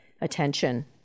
attention